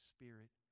Spirit